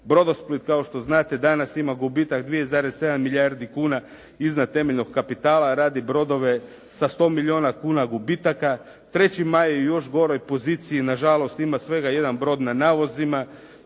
Brodosplit kao što znate danas ima gubitak 2,7 milijardi kuna iznad temeljnog kapitala a radi brodove sa 100 milijuna kuna gubitaka, Treći Maj je u još goroj poziciji, nažalost ima svega jedan brod na navozima